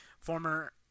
former